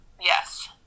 Yes